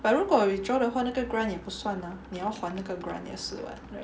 but 如果 withdraw 的话那个 grant 也不算 ah 你要换那个 grant 也是 [what] right